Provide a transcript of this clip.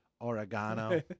Oregano